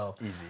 Easy